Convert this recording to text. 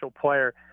player